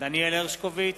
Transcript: דניאל הרשקוביץ,